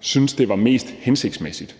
syntes det var mest hensigtsmæssigt.